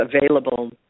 available